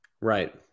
Right